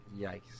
Yikes